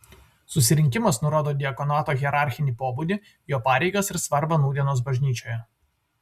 susirinkimas nurodo diakonato hierarchinį pobūdį jo pareigas ir svarbą nūdienos bažnyčioje